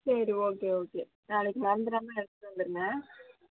சரி okay okay நாளைக்கு மறந்துடாமல் எடுத்துட்டு வந்துடுங்க